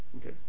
okay